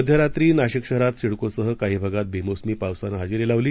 मध्यरात्री नाशिक शहरात सिडकोसह काही भागात बेमोसमी पावसानं हजेरी लावली